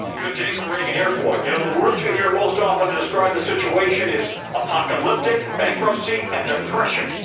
good day from reagan airport. you know, the words you hear most often to describe the situation is apocalyptic, bankruptcy, and depression.